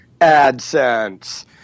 AdSense